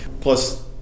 plus